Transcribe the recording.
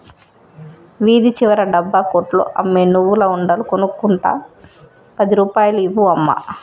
వీధి చివర డబ్బా కొట్లో అమ్మే నువ్వుల ఉండలు కొనుక్కుంట పది రూపాయలు ఇవ్వు అమ్మా